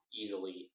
easily